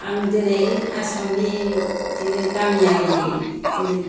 आं दिनै आसामनि बिदिनो गामियारि बिदिनो